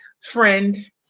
friend